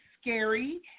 scary